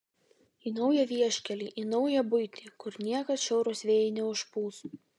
į naują vieškelį į naują buitį kur niekad šiaurūs vėjai neužpūs